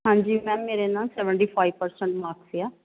ਹਾਂਜੀ ਮੈਮ ਮੇਰੇ ਨਾ ਸੈਵਨਟੀ ਫਾਈਵ ਪ੍ਰਸੈਂਟ ਮਾਰਕਸ ਆ